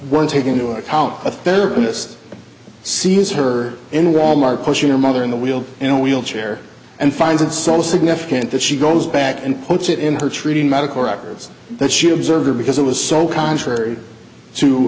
weren't taking into account a therapist sees her in wal mart pushing her mother in the wheel in a wheelchair and finds itself significant that she goes back and puts it in her treating medical records that she observed because it was so contrary to